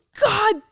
God